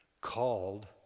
called